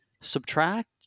subtract